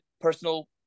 personal